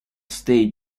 stay